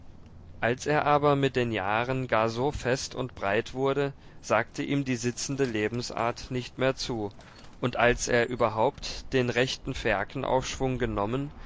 als er aber mit den jahren gar so fest und breit wurde sagte ihm die sitzende lebensart nicht mehr zu und als er überhaupt den rechten phäakenaufschwung genommen